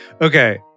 Okay